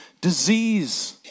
disease